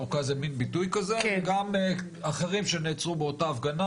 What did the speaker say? גם אחרים שנעצרו באותה הפגנה,